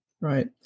Right